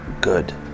good